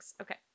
okay